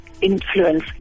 influence